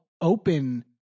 open